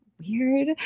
weird